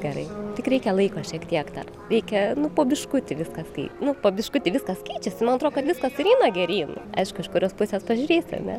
gerai tik reikia laiko šiek tiek dar reikia nu po biškutį viskas kai nu po biškutį viskas keičiasi man atro kad viskas ir eina geryn aišku iš kurios pusės pažiūrėsi ane